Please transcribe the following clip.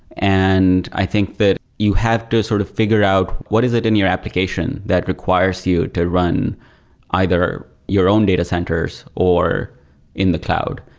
and i think that you have to sort of figure out what is it in your application that requires you to run either your own data centers or in the cloud.